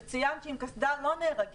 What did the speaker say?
וציינת שעם קסדה לא נהרגים